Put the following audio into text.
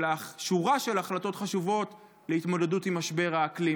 שורת החלטות חשובות להתמודדות עם משבר האקלים.